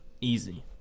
easy